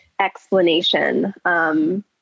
explanation